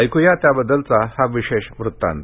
ऐक़या त्याबददलचा हा विशेष वृतांत